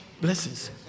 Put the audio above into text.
blessings